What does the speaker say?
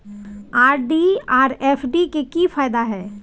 RD आर FD के की फायदा हय?